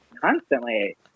constantly